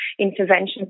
interventions